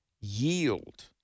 yield